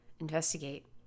Investigate